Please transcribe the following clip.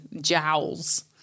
jowls